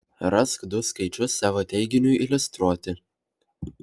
rask du skaičius savo teiginiui iliustruoti